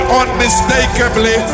unmistakably